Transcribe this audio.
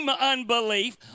unbelief